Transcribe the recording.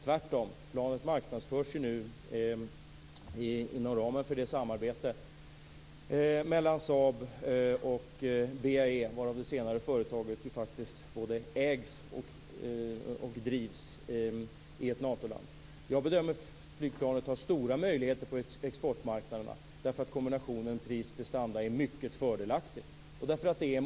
Tvärtom marknadsförs planet nu inom ramen för samarbetet mellan Saab och BAe. Det senare företaget både ägs och drivs i ett Natoland. Jag bedömer att flygplanet har stora möjligheter på exportmarknaderna, eftersom kombinationen av pris och prestanda är mycket fördelaktig.